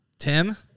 Tim